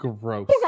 gross